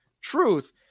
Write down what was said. truth